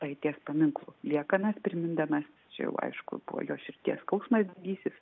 praeities paminklų liekanas primindamas čia jau aišku buvo jo širdies skausmas didysis